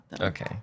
Okay